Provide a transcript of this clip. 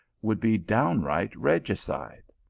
would be downrigth regi cide!